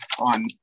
on